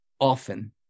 often